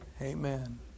Amen